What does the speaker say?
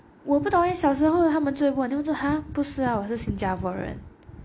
我不懂嗯小时候他们就会问 then 我就 !huh! 不是啊我是新加坡人